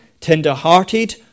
tender-hearted